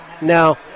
Now